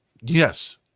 Yes